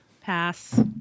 pass